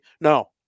No